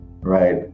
right